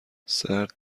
سرد